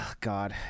God